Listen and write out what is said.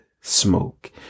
smoke